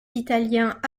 italiens